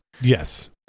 Yes